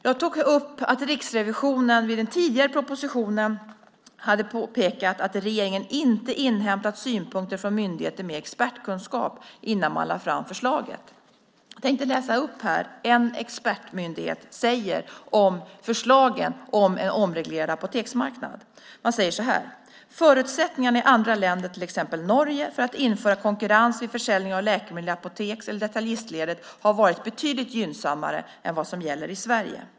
Jag tog upp att Riksrevisionen vid den tidigare propositionen hade påpekat att regeringen inte inhämtat synpunkter från myndigheter med expertkunskap innan man lade fram förslaget. Jag tänkte här läsa upp vad en expertmyndighet säger om förslaget om en omreglerad apoteksmarknad. Man säger så här: "Förutsättningarna i andra länder, t.ex. Norge, för att införa konkurrens vid försäljning av läkemedel i apoteks eller detaljistledet har varit betydligt gynnsammare än vad som gäller i Sverige.